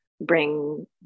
bring